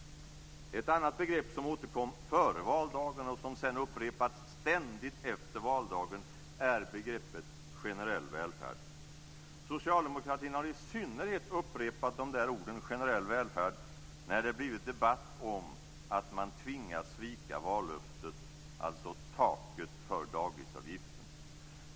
Ett annat begrepp som återkom före valdagen och som sedan upprepats ständigt efter valdagen är generell välfärd. Socialdemokratin har i synnerhet upprepat orden generell välfärd när det blivit debatt om att man tvingats svika vallöftet om taket för dagisavgiften.